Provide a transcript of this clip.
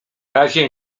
razie